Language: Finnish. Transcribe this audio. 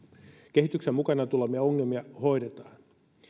kehityksen mukana tulevia ongelmia hoidetaan